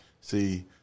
See